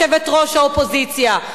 יושבת-ראש האופוזיציה,